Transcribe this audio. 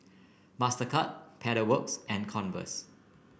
Mastercard Pedal Works and Converse